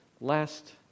last